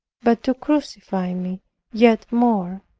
but to crucify me yet more.